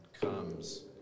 comes